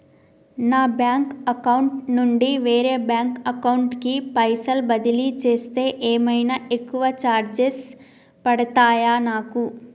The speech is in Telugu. నా బ్యాంక్ అకౌంట్ నుండి వేరే బ్యాంక్ అకౌంట్ కి పైసల్ బదిలీ చేస్తే ఏమైనా ఎక్కువ చార్జెస్ పడ్తయా నాకు?